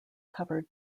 covered